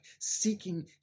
seeking